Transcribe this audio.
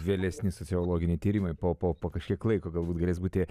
vėlesni sociologiniai tyrimai po po po kažkiek laiko galbūt galės būti